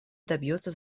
добьется